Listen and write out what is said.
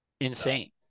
Insane